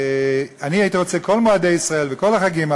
אני הייתי רוצה כל מועדי ישראל וכל החגים,